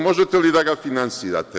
Možete li da ga finansirate.